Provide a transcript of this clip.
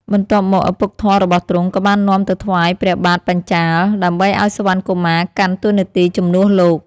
បន្ទាប់មក ឪពុកធម៌របស់ទ្រង់ក៏បាននាំទៅថ្វាយព្រះបាទបញ្ចាល៍ ដើម្បីឱ្យសុវណ្ណកុមារកាន់តួនាទីជំនួសលោក។